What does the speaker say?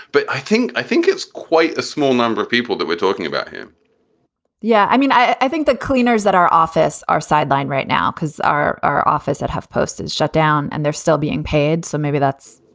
but i think i think it's quite a small number of people that we're talking about here yeah. i mean, i think the cleaners at our office are sidelined right now because our our office at have person shut down and they're still being paid. so maybe that's